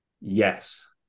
yes